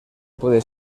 puede